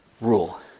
rule